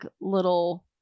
little